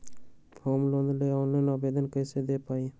Home loan के online आवेदन कैसे दें पवई?